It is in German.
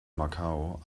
macau